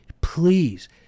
Please